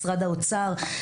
משרד האוצר,